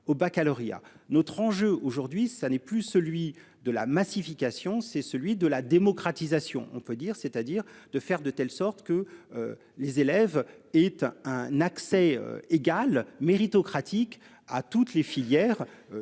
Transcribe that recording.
notre enjeu aujourd'hui ça n'est plus celui de la massification c'est celui de la démocratisation, on peut dire, c'est-à-dire de faire de telle sorte que. Les élèves et un accès égal méritocratique à toutes les filières,